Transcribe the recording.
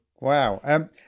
Wow